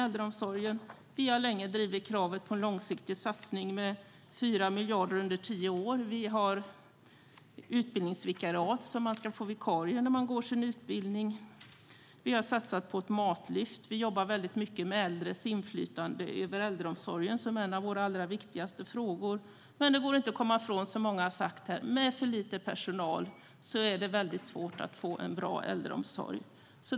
Vi har länge drivit kravet på en långsiktig satsning om 4 miljarder under tio år. Vi har utbildningsvikariat så att man ska få vikarie när man går sin utbildning. Vi har satsat på ett matlyft. Vi jobbar väldigt mycket med äldres inflytande över äldreomsorgen, vilket är en av våra allra viktigaste frågor. Det går dock inte att komma ifrån det som många har sagt: Med för lite personal är det väldigt svårt att få en bra äldreomsorg.